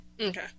Okay